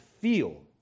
feel